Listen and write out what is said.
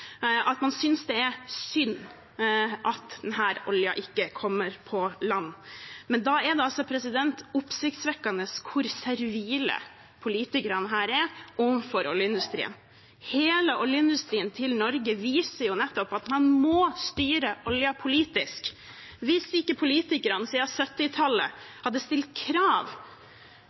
Man synes det er synd at denne oljen ikke kommer på land. Men da er det oppsiktsvekkende hvor servile politikerne her er overfor oljeindustrien. Hele Norges oljeindustri viser jo at man må styre oljen politisk. Hvis ikke politikerne siden 1970-tallet hadde stilt krav